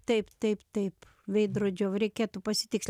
taip taip taip veidrodžio reikėtų pasitikslint